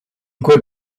quel